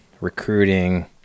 recruiting